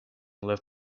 left